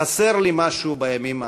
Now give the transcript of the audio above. חסר לי משהו בימים האחרונים,